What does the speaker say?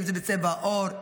אם זה צבע העור,